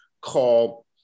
called